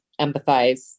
empathize